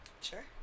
sure